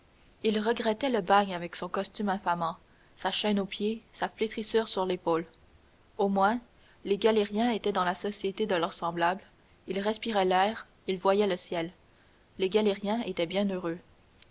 il regrettait le bagne avec son costume infamant sa chaîne au pied sa flétrissure sur l'épaule au moins les galériens étaient dans la société de leurs semblables ils respiraient l'air ils voyaient le ciel les galériens étaient bien heureux